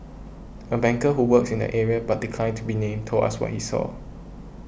a banker who works in the area but declined to be named told us what he saw